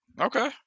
Okay